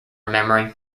memory